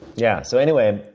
yeah, so anyway,